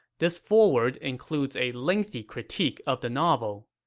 this foreword includes a lengthy critique of the novel.